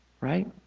right